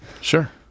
Sure